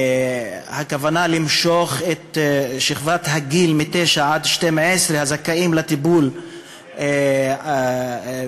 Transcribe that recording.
הכוונה למשוך את שכבת הזכאים לטיפול בתמיכה